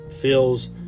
Feels